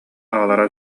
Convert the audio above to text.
аҕалара